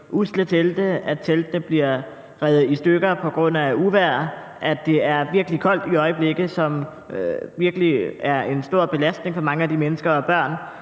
i usle telte, at teltene bliver revet i stykker på grund af uvejr, og at det er virkelig koldt i øjeblikket, som virkelig er en stor belastning for mange af de mennesker og børn,